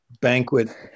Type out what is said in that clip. banquet